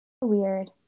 Weird